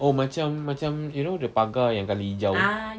oh macam macam you know the pagar yang colour hijau tu